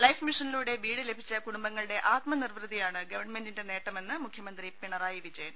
life മിഷനിലൂളട് വീട് ലഭിച്ചു കുടുംബങ്ങളുടെ ആത്മ നിർവൃതിയാണ് ഗവൺമെന്റിന്റെ നേട്ടമെന്ന് മുഖ്യമന്ത്രി പിണറായി വിജയൻ